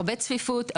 הרבה צפיפות,